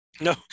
No